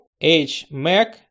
HMAC